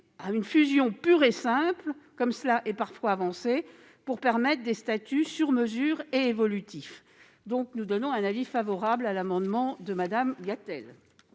à une fusion pure et simple, comme cela est parfois proposé, pour permettre des statuts sur mesure et évolutifs. J'émets donc un avis favorable sur l'amendement n° 31. La parole